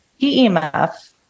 PEMF